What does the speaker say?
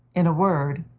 in a word,